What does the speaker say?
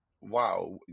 wow